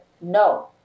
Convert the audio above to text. no